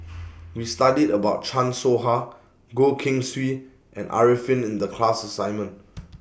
We studied about Chan Soh Ha Goh Keng Swee and Arifin in The class assignment